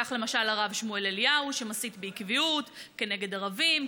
כך למשל הרב שמואל אליהו מסית בעקביות כנגד ערבים,